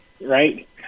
right